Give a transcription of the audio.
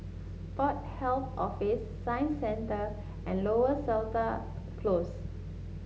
Port Health Office Science Centre and Lower Seletar Close